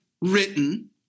written